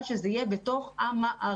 אבל שזה יהיה בתוך המערכת,